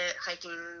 Hiking –